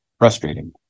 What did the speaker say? frustrating